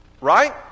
Right